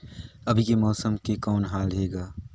अभी के मौसम के कौन हाल हे ग?